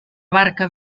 barca